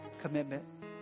commitment